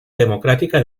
democrática